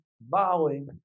bowing